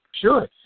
Sure